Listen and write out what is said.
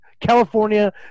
California